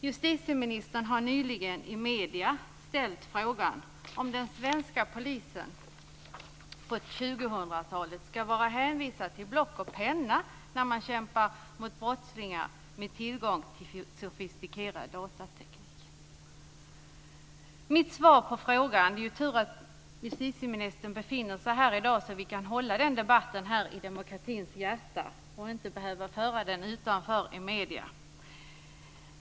Justitieministern har nyligen i medierna ställt frågan om den svenska polisen på 2000-talet skall vara hänvisad till block och penna när den kämpar mot brottslingar med tillgång till sofistikerad datateknik. Det är ju tur att justitieministern befinner sig här i dag så att vi kan föra denna debatt här i demokratins hjärta och inte behöver föra den utanför i medierna.